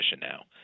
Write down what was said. now